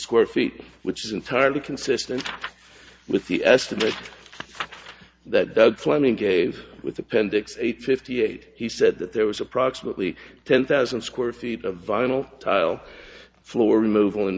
square feet which is entirely consistent with the estimate that the plumbing gave with appendix eight fifty eight he said that there was approximately ten thousand square feet of vinyl tile floor remov